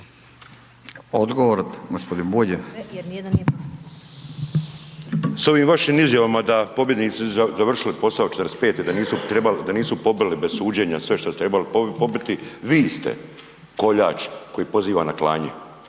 **Bulj, Miro (MOST)** S ovim vašim izjavama da pobjednici su završili posao '45. da nisu pobili bez suđenja sve što su tribali pobiti, vi ste koljač koji poziva na klanje,